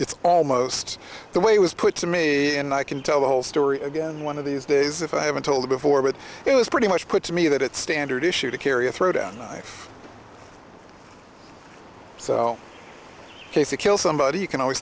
it's almost the way it was put to me and i can tell the whole story again one of these days if i haven't told you before but it was pretty much put to me that it's standard issue to carry a throwdown so case a kill somebody you can always